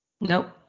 Nope